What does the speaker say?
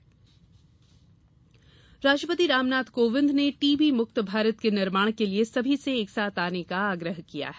क्षय दिवस राष्ट्रपति रामनाथ कोविंद ने टीबी मुक्त भारत के निर्माण के लिये सभी से एक साथ आने का आग्रह किया है